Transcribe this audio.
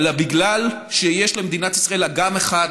אלא בגלל שיש למדינת ישראל אגם אחד,